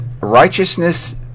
righteousness